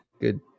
good